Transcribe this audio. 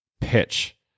Pitch